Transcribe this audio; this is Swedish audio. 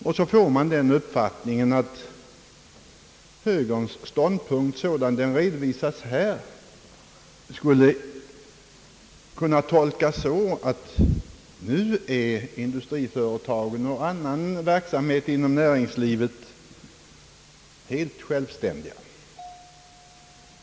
Man får nästan den uppfattningen att högerns ståndpunkt, sådan den här redovisats, skulle kunna tolkas så att högern anser att industriföretagen och annan verksamhet inom näringslivet i dag är helt självständiga.